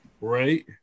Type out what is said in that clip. Right